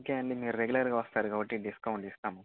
okay అండి మీరు రెగ్యులర్గా వస్తారు కాబట్టి డిస్కౌంట్ ఇస్తాము